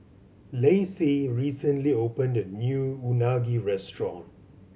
Lacey recently opened a new Unagi restaurant